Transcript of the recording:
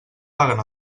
paguen